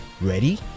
Ready